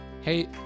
Hey